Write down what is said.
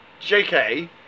JK